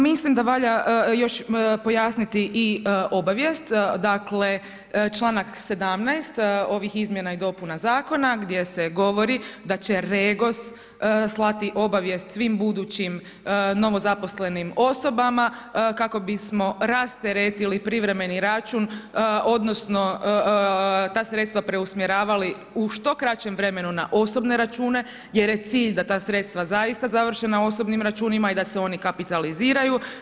Mislim da valja još pojasniti i obavijest, dakle članak 17. ovih izmjena i dopuna zakona gdje se govori da će REGOS slati obavijest svim budućim novozaposlenim osobama kako bismo rasteretili privremeni račun, odnosno ta sredstva preusmjeravali u što kraćem vremenu na osobne račune jer je cilj da ta sredstva zaista završe na osobnim računima i da se oni kapitaliziraju.